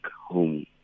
home